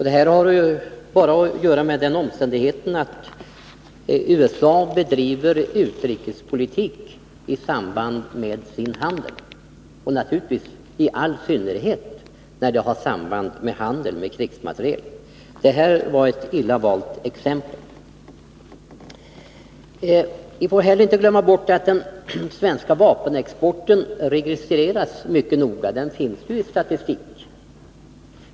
Det har att göra med den omständigheten att USA bedriver utrikespolitik i samband med handel, och naturligtvis i all synnerhet när det gäller handel med krigsmateriel. Det var ett illa valt exempel som här anfördes. Vi får inte glömma bort att den svenska vapenexporten registreras mycket noga. Uppgifterna finns ju i statistiken.